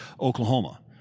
Oklahoma